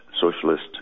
socialist